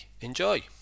Enjoy